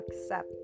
accept